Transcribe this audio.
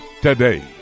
today